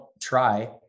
try